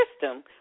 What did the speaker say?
system